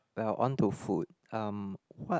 we are on to food um what